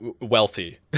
wealthy